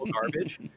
garbage